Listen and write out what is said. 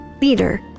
leader